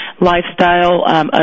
lifestyle